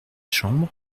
chambre